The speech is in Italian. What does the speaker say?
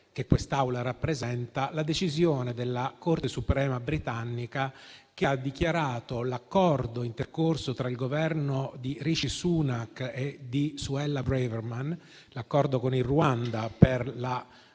che quest’Assemblea rappresenta la decisione della Corte suprema britannica, che ha dichiarato l’accordo intercorso tra il Governo di Rishi Sunak e di Suella Braverman e il Ruanda per il